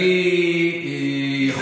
אני יכול,